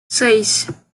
seis